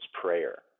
prayer